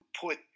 put